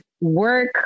work